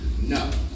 No